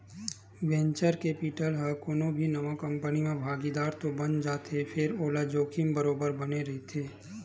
venture capital ह कोनो भी नवा कंपनी म भागीदार तो बन जाथे फेर ओला जोखिम बरोबर बने रहिथे